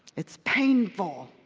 it's painful,